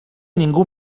ningú